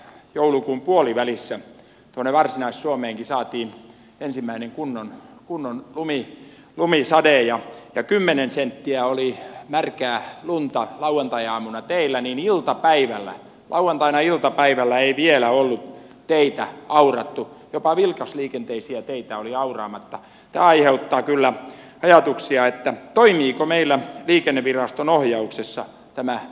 joulukuun puolivälissä oli varsinais suomeenkin saatiin ensimmäinen kunnon kunnon lumi lumisade ja jo kymmenen senttiä oli märkää lunta lauantaiaamuna teillä niin iltapäivällä lauantaina iltapäivällä ei vielä ollut teitä aurattu jopa vilkasliikenteisiä teitä oli auraamatta ja aiheuttaa kyllä ajatuksia että toimiiko meillä liikenneviraston ohjauksessa tämä